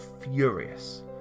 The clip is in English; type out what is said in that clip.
furious